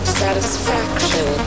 satisfaction